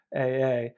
AA